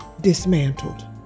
dismantled